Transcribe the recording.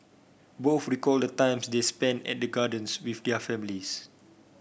both recalled the times they spent at the gardens with their families